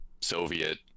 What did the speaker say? soviet